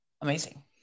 Amazing